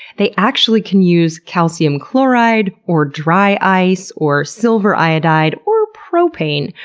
they actually can use calcium chloride, or dry ice, or silver iodide or propane,